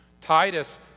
Titus